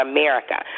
America